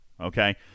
okay